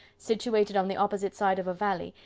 situated on the opposite side of a valley,